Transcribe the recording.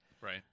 Right